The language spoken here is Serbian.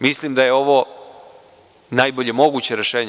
Mislim da je ovo najbolje moguće rešenje.